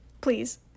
Please